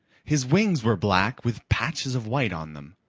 his wings were black with patches of white on them.